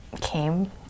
came